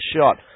shot